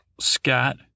Scott